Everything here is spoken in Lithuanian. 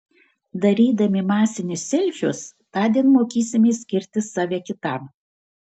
darydami masinius selfius tądien mokysimės skirti save kitam